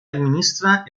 administra